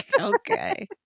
Okay